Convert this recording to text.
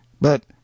But